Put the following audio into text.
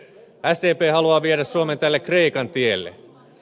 sdp haluaa viedä suomen tälle kreikan tielle